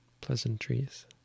pleasantries